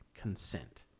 consent